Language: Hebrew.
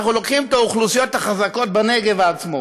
אנחנו לוקחים את האוכלוסיות החזקות בנגב עצמו